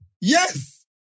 Yes